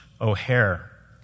O'Hare